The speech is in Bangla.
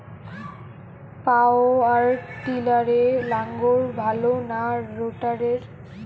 পাওয়ার টিলারে লাঙ্গল ভালো না রোটারের?